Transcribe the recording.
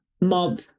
mob